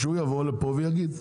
שהוא יבוא לפה ויגיד.